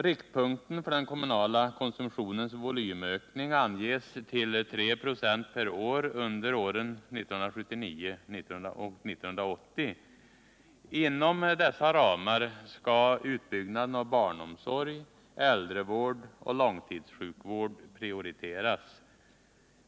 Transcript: Riktpunkt för den kommunala konsumtionens volymökning anges till 3 26 per år under åren 1979 och 1980. Inom dessa ramar skall utbyggnaden av barnomsorg, äldrevård och långtidssjukvård prioriteras.